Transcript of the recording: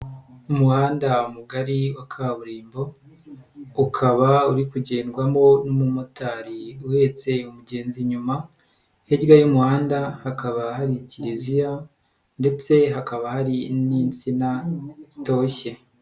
Umuhanda mugari wa kaburimbo, ukaba uri kugenrwamo n'umumotari uhetse umugenzi inyuma, hirya y'umuhanda hakaba hari kiliziya ndetse hakaba hari n'insina zitoshye.